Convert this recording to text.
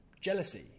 Jealousy